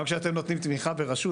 גם כשאתם נותנים תמיכה ברשות,